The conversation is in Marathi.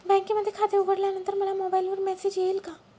बँकेमध्ये खाते उघडल्यानंतर मला मोबाईलवर मेसेज येईल का?